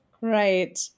right